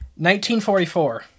1944